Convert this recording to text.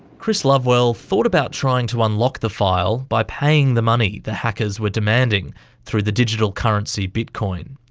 chris lovewell thought about trying to unlock the file by paying the money the hackers were demanding through the digital currency bitcoin,